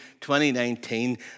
2019